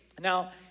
Now